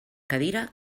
cadira